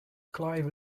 clive